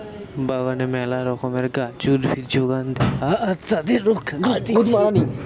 বাগানে মেলা রকমের গাছ, উদ্ভিদ যোগান দেয়া আর তাদের রক্ষা করতিছে